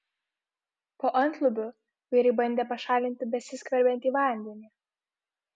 po antlubiu vyrai bandė pašalinti besiskverbiantį vandenį